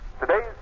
Today's